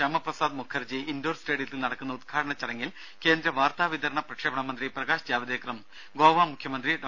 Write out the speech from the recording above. Shyamaprasad Mukherjee indoor സ്റ്റേഡിയത്തിൽ നടക്കുന്ന ഉദ്ഘാടന ചടങ്ങിൽ കേന്ദ്ര വാർത്താ വിതരണ പ്രക്ഷേപണ മന്ത്രി പ്രകാശ് ജാവ്ദേക്കറും ഗോവ മുഖ്യമന്ത്രി ഡോ